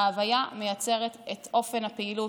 ההוויה מייצרת את אופן הפעילות,